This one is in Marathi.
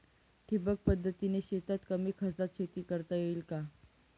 ठिबक पद्धतीने शेतात कमी खर्चात शेती करता येईल का?